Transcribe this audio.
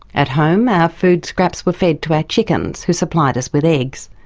at home, our food scraps were fed to our chickens who supplied us with eggs.